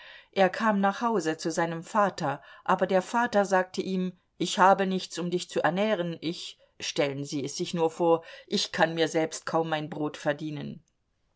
er kam nach hause zu seinem vater aber der vater sagte ihm ich habe nichts um dich zu ernähren ich stellen sie es sich nur vor ich kann mir selbst kaum mein brot verdienen